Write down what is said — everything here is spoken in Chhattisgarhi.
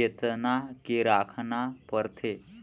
जेतना के राखना परथे